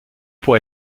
pour